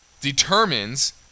determines